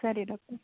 ಸರಿ ಡಾಕ್ಟರ್